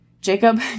Jacob